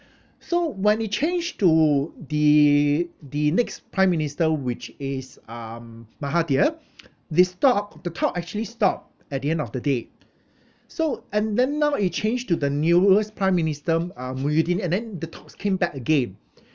so when you change to the the next prime minister which is um mahathir this talk the talk actually stopped at the end of the day so and then now it changed to the newest prime minister uh muhyiddin and then the talks came back again